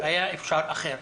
היה אפשר אחרת.